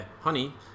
honey